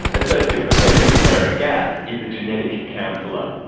associate professor clara gaff is a genetic counsellor.